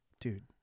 dude